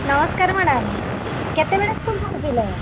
ନମସ୍କାର ମ୍ୟାଡ଼ାମ୍ କେତେବେଳେ ସ୍କୁଲ୍ ପହଞ୍ଚିଲେ